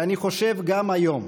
ואני חושב גם היום,